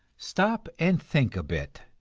stop and think a bit,